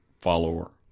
follower